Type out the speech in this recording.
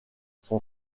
son